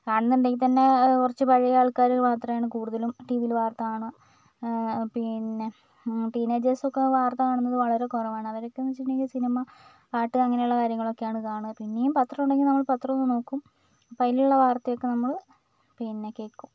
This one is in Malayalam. കാണുന്നുണ്ടെങ്കിൽ തന്നെ കുറച്ച് പഴയ ആൾക്കാർ മാത്രമാണ് കൂടുതലും ടീ വിയിൽ വാർത്ത കാണുക പിന്നെ ടീനേജർസൊക്കെ വാർത്ത കാണുന്നത് വളരെ കുറവാണ് അവരൊക്കെന്ന് വെച്ചിട്ടുണ്ടെങ്കിൽ സിനിമ പാട്ട് അങ്ങനുള്ള കാര്യങ്ങളൊക്കെയാണ് കാണുക പിന്നേം പത്രം ഉണ്ടെങ്കിൽ നമ്മൾ പത്രമൊന്ന് നോക്കും അപ്പോൾ അതിലുള്ള വർത്തയൊക്കെ നമ്മൾ പിന്നെ കേൾക്കും